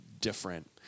different